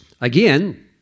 Again